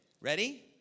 Ready